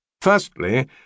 Firstly